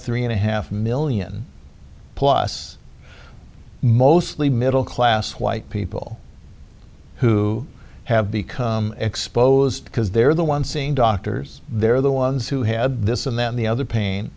three and a half million plus mostly middle class white people who have become exposed because they're the one seeing doctors they're the ones who had this and then the other pain